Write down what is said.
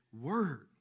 word